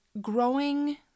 growing